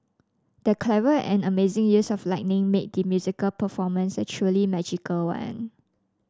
the clever and amazing use of lighting made the musical performance a truly magical one